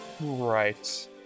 Right